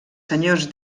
senyors